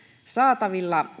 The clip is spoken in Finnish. saatavilla